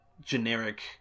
generic